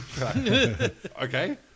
Okay